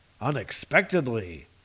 unexpectedly